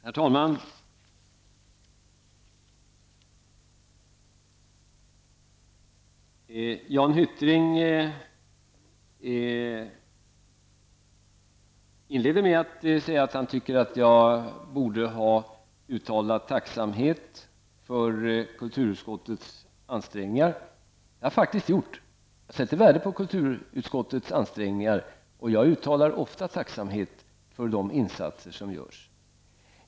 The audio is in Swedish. Herr talman! Jan Hyttring inledde med att säga att han tyckte att jag borde ha uttalat min tacksamhet för kulturutskottets ansträngningar. Det har jag faktiskt gjort. Jag sätter värde på kulturutskottets ansträngningar, och jag uttalar ofta tacksamhet för de insatser som görs.